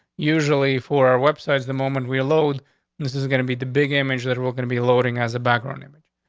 usually for our websites. the moment we load this is gonna be the big image that we're gonna be loading as a background image.